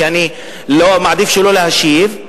שאני מעדיף שלא להשיב,